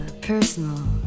personal